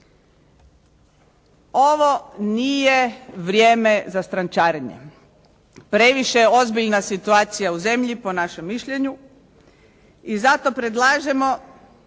Ovo nije vrijeme za strančarenje. Previše je ozbiljna situacija u zemlji po našem mišljenju i zato predlažemo,